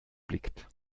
blickt